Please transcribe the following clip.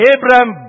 Abraham